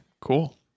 Cool